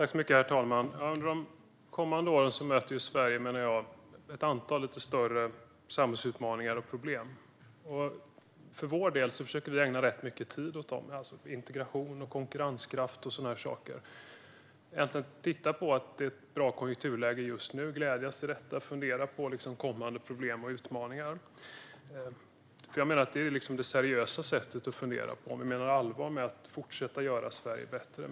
Herr talman! Under de kommande åren menar jag att Sverige kommer att möta ett antal lite större samhällsutmaningar och problem. Vi försöker för vår del ägna rätt mycket tid åt dem. Det handlar om integration, konkurrenskraft och så vidare. Vi får glädjas över att det är ett bra konjunkturläge just nu och fundera på kommande problem och utmaningar. Det är det seriösa sättet att fundera, om vi menar allvar med att fortsätta att göra Sverige bättre.